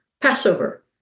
Passover